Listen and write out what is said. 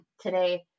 today